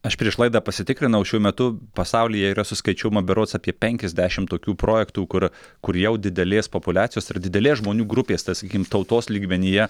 aš prieš laidą pasitikrinau šiuo metu pasaulyje yra suskaičiuojama berods apie penkiasdešim tokių projektų kur kur jau didelės populiacijos ar didelės žmonių grupės tai sakykim tautos lygmenyje